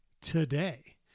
today